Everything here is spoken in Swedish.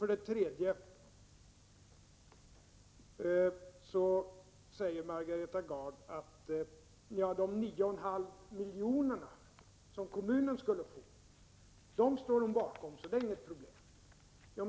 Margareta Gard säger att hon står bakom de 9,5 miljoner som kommunen skulle få, så det är inget problem.